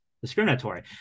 discriminatory